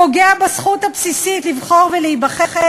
פוגע בזכות הבסיסית לבחור ולהיבחר,